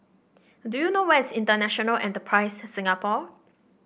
do you know where is International Enterprise Singapore